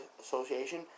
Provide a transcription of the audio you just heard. association